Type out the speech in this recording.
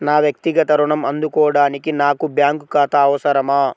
నా వక్తిగత ఋణం అందుకోడానికి నాకు బ్యాంక్ ఖాతా అవసరమా?